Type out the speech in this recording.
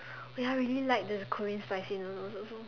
oh ya I really like the Korean spicy noodles also